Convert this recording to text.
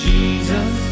Jesus